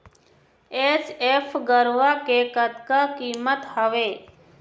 HF गरवा के कतका कीमत हवए?